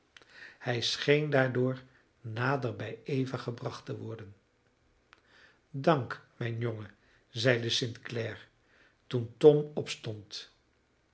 hij scheen daardoor nader bij eva gebracht te worden dank mijn jongen zeide st clare toen tom opstond